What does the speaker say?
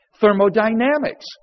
Thermodynamics